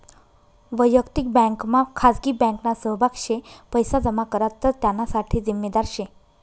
वयक्तिक बँकमा खाजगी बँकना सहभाग शे पैसा जमा करात तर त्याना साठे जिम्मेदार शे